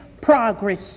progress